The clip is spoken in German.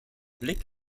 blick